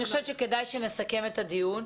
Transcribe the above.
אני חושבת שכדאי שנסכם את הדיון.